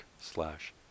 slash